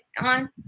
on